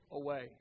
away